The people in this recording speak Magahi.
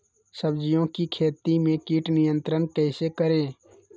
सब्जियों की खेती में कीट नियंत्रण कैसे करें?